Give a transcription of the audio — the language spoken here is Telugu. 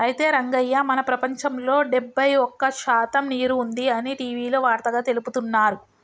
అయితే రంగయ్య మన ప్రపంచంలో డెబ్బై ఒక్క శాతం నీరు ఉంది అని టీవీలో వార్తగా తెలుపుతున్నారు